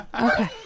Okay